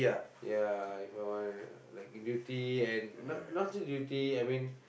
ya If I want to like duty and not not say duty I mean